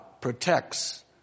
protects